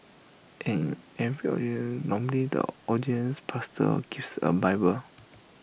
and every in normally ordaining pastor gives A bible